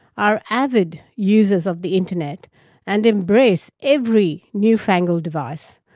are avid users of the internet and embrace every new fangled device.